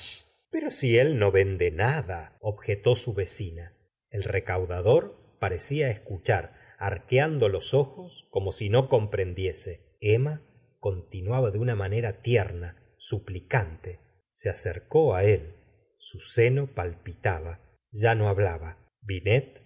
pero si él no vende nada objetó su vecina el recaudador parecía escuchar arqueando los ojos como si no comprendiese emma continuaba de una manera tierna suplicante se acercó á él su seno palpitaba ya no hablaba binet